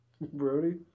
Brody